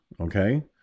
okay